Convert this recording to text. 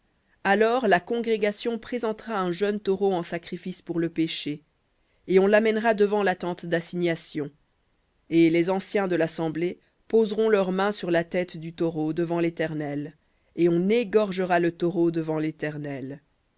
alors la congrégation présentera un jeune taureau en sacrifice pour le péché et on l'amènera devant la tente dassignation et les anciens de l'assemblée poseront leurs mains sur la tête du taureau devant l'éternel et on égorgera le taureau devant l'éternel